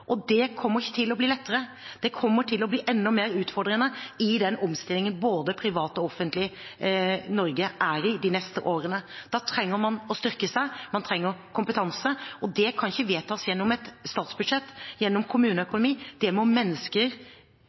Og det kommer ikke til å bli lettere. Det kommer til å bli enda mer utfordrende i den omstillingen både det private og offentlige Norge er i, de neste årene. Da trenger man å styrke seg, man trenger kompetanse, og det kan ikke vedtas gjennom et statsbudsjett, gjennom kommuneøkonomi. Det er mennesker